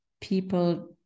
people